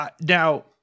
Now